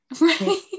right